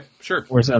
sure